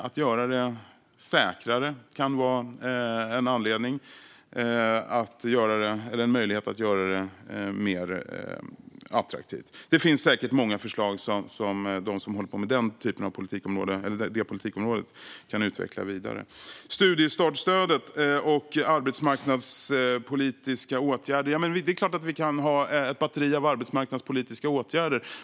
Att göra det säkrare kan vara en möjlighet att göra det mer attraktivt. Det finns säkert många förslag som de som håller på med det politikområdet kan utveckla vidare. Det är klart att vi kan ha ett batteri av arbetsmarknadspolitiska åtgärder.